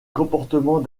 comportement